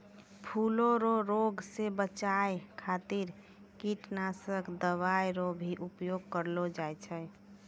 फूलो रो रोग से बचाय खातीर कीटनाशक दवाई रो भी उपयोग करलो जाय छै